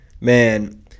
Man